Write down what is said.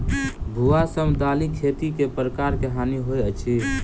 भुआ सँ दालि खेती मे केँ प्रकार केँ हानि होइ अछि?